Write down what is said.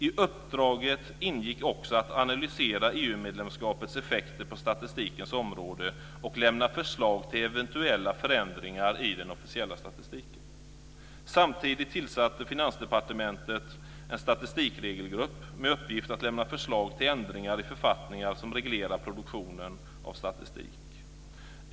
I uppdraget ingick också att analysera EU-medlemskapets effekter på statistikens område och lämna förslag till eventuella förändringar i den officiella statistiken. Samtidigt tillsatte Finansdepartementet en statistikregelgrupp med uppgift att lämna förslag till ändringar i författningar som reglerar produktionen av statistik.